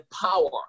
power